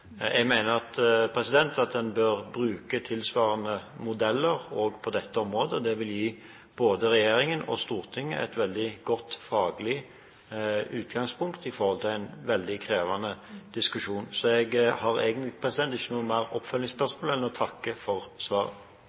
at man bør bruke tilsvarende modeller også på dette området. Det vil gi både regjeringen og Stortinget et veldig godt faglig utgangspunkt for en veldig krevende diskusjon. Jeg har egentlig ikke noen flere oppfølgningsspørsmål og vil takke for svaret.